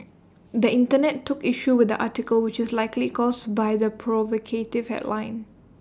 the Internet took issue with the article which is likely caused by the provocative headline